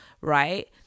right